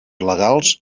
legals